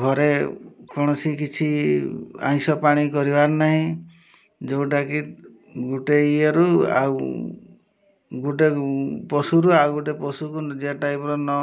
ଘରେ କୌଣସି କିଛି ଆମିଷ ପାଣି କରିବାର ନାହିଁ ଯେଉଁଟାକି ଗୋଟେ ଇଏରୁ ଆଉ ଗୋଟିଏ ପଶୁରୁ ଆଉ ଗୋଟିଏ ପଶୁକୁ ଯାହା ଟାଇପ୍ର ନ